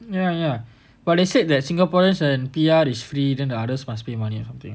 ya ya but they said that singaporeans and P_R is free and the others must pay money or something